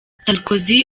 sarkozy